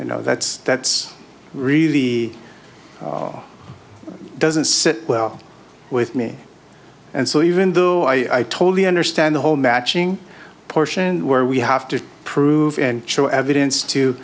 you know that's that's really the law doesn't sit well with me and so even though i totally understand the whole matching portion where we have to prove and show evidence to